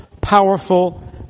powerful